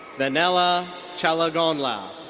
vennela challagondla.